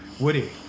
Woody